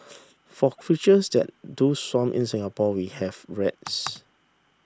for creatures that do swarm in Singapore we have rats